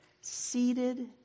seated